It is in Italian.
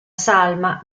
salma